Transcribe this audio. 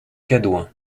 cadouin